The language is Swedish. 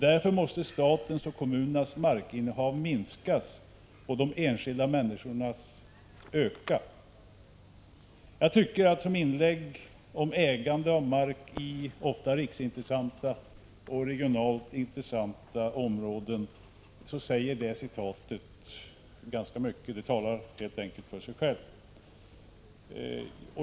Därför måste statens och kommunernas markinnehav minskas och de enskilda människornas öka.” Jag tycker att som inlägg om ägande av mark i ofta riksintressanta och regionalt intressanta områden säger det citatet ganska mycket. Det talar helt enkelt för sig självt.